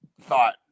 thought